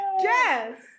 yes